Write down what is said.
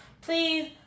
Please